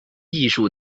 艺术